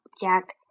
Jack